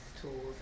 tools